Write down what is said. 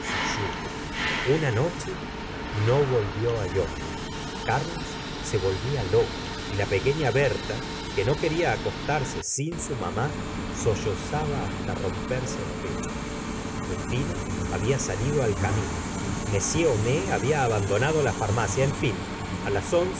su yugo una noche no volvió á yonville carlos se volvía loco y la pequefia berta que no quería acostarse sin su mamá sollozaba hasta romperse el pecho justino había salido al eamino m homais babia abandonado la farmacia en fin á las